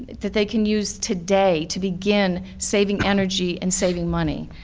that they can use today to begin saving energy and saving money.